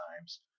times